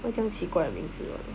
这么奇怪每次的